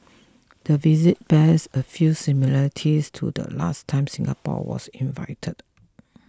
the visit bears a few similarities to the last time Singapore was invited